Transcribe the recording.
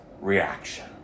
reaction